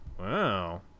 Wow